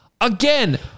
Again